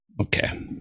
Okay